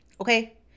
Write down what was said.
Okay